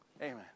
Amen